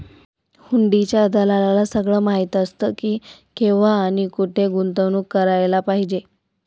हुंडीच्या दलालाला सगळं माहीत असतं की, केव्हा आणि कुठे गुंतवणूक करायला पाहिजे